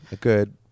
good